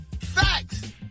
Facts